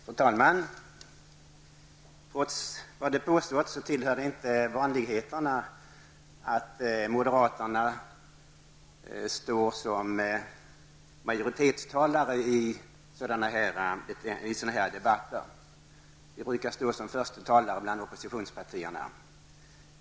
Fru talman! Trots vad som påståtts hör det inte till vanligheterna att moderaterna i en sådan här debatt talar för majoritetens uppfattning. En företrädare för moderaterna brukar i stället vara första talare för oppositionen.